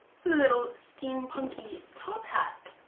it's a little steampunky top hat!